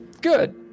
good